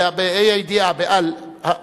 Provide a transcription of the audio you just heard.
בה"א הידיעה, ב"אל".